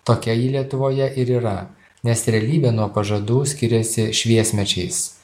tokia ji lietuvoje ir yra nes realybė nuo pažadų skiriasi šviesmečiais